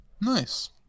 Nice